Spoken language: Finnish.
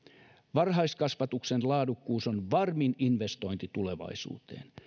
varhaiskasvatuksen laadukkuus on varmin investointi tulevaisuuteen